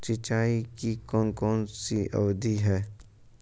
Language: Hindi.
सिंचाई की कौन कौन सी विधियां हैं?